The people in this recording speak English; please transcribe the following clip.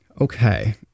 Okay